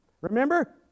Remember